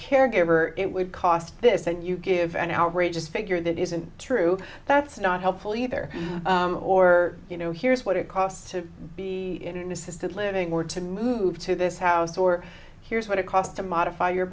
caregiver it would cost this and you give an outrageous figure that isn't true that's not helpful either or you know here's what it costs to be in assisted living or to move to this house or here's what it costs to modify your